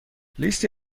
لیستی